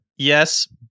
Yes